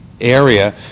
area